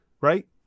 right